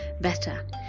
better